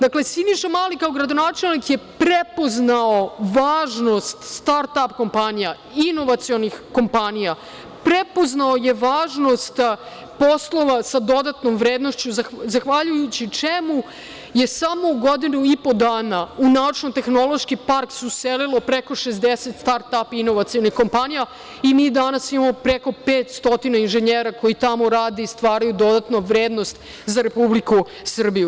Dakle, Siniša Mali kao gradonačelnik je prepoznao važnost start ap kompanija, inovacionih kompanija, prepoznao je važnost poslova sa dodatom vrednošću zahvaljujući čemu se za samo godinu i po dana u Naučno-tehnološki park uselilo preko 60 start ap inovacionih kompanija i mi danas imamo preko 500 inženjera koji tamo rade i stvaraju dodatu vrednost za Republiku Srbiju.